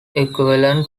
equivalent